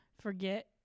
forget